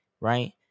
right